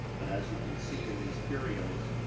but as you can see in these curios,